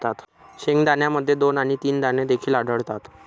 शेंगदाण्यामध्ये दोन आणि तीन दाणे देखील आढळतात